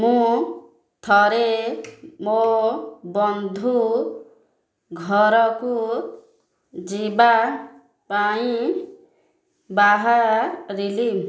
ମୁଁ ଥରେ ମୋ ବନ୍ଧୁ ଘରକୁ ଯିବା ପାଇଁ ବାହାରିଲି